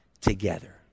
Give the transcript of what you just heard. together